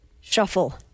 Shuffle